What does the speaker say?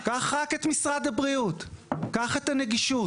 קח רק את משרד הבריאות, קח את הנגישות.